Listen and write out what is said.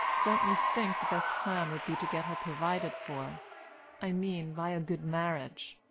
don't you think the best plan would be to get her provided for i mean, by a good marriage.